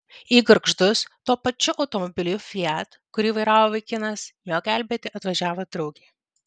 į gargždus tuo pačiu automobiliu fiat kurį vairavo vaikinas jo gelbėti atvažiavo draugė